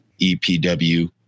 EPW